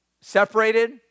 separated